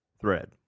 thread